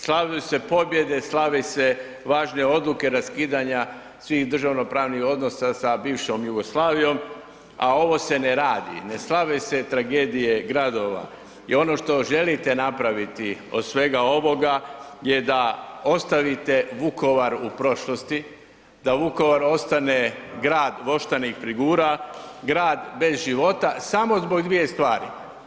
Slave se pobjede, slave se važne odluke, raskidanja svih državnopravnih sa bivšom Jugoslavijom a ovo se ne radi, ne slave se tragedije gradova i ono što želite napraviti od svega ovoga je da ostavite Vukovar u prošlosti, da Vukovar ostane grad voštanih figura, grad bez života samo zbog dvije stvari.